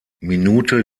minute